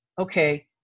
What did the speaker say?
okay